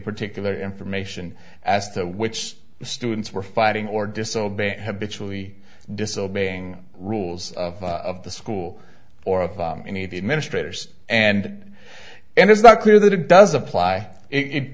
particular information as to which students were fighting or disobeying habits will be disobeying rules of the school or of any of the administrators and and it's not clear that it does apply it it